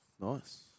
Nice